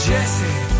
Jesse